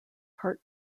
heart